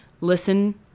listen